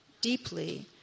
deeply